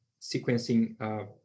sequencing